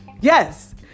Yes